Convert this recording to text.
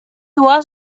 was